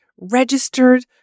registered